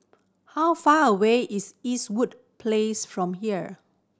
how far away is Eastwood Place from here